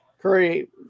Curry